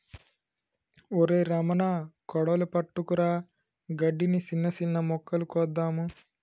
ఒరై రమణ కొడవలి పట్టుకురా గడ్డిని, సిన్న సిన్న మొక్కలు కోద్దాము